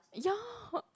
ya